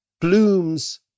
Bloom's